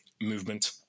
movement